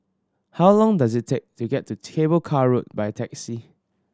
how long does it take to get to Cable Car Road by taxi